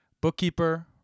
Bookkeeper